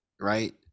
right